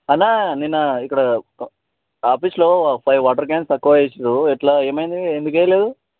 అన్నా నిన్న ఇక్కడ ఆఫీస్లో ఫైవ్ వాటర్ క్యాన్స్ తక్కువ వేశారు ఎలా ఏమైంది ఎందుకు వెయ్యలేదు